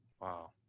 Wow